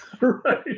Right